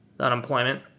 unemployment